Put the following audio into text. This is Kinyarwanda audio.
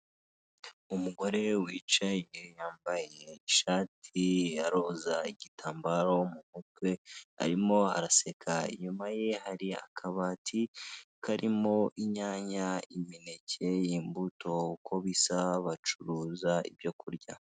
Umugore wicaye yambaye ishati ya roza, igitambaro mu mutwe, arimo araseka. Inyuma ye hari akabati karimo inyanya, imineke, imbuto, uko bisa bacuruza ibyo kurya.